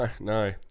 No